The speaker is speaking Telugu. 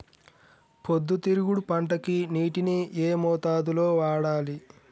పొద్దుతిరుగుడు పంటకి నీటిని ఏ మోతాదు లో వాడాలి?